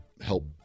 help